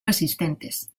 resistentes